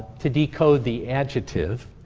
to decode the adjective.